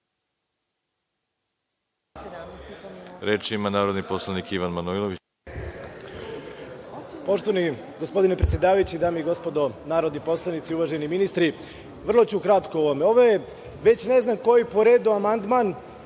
ima narodni poslanik Ivan Manojlović.